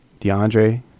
DeAndre